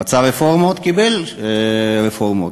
רצה רפורמות, קיבל רפורמות.